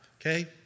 okay